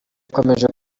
ikomeje